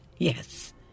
Yes